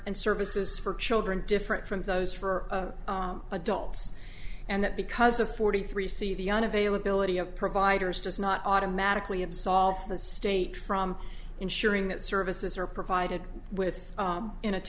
and services for children different from those for adults and that because of forty three c the on availability of providers does not automatically absolve the state from ensuring that services are provided with in a